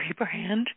rebrand